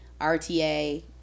RTA